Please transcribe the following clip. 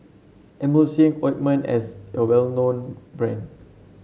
Emulsying Ointment is a well known brand